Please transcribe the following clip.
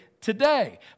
today